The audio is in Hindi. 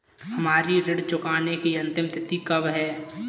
हमारी ऋण चुकाने की अंतिम तिथि कब है?